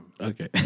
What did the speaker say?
Okay